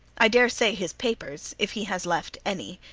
i daresay his papers, if he has left any,